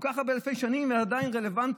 כל כך הרבה, אלפי שנים, וזה עדיין רלוונטי.